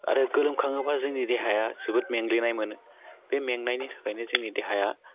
आरो गोलोम खाङोबा जोंनि देहाया जोबोद मेंग्लिनाय मोनो बे मेंनायनि थाखाइनो जोंनि देहाया